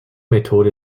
methode